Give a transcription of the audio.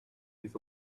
his